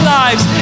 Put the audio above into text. lives